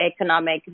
economic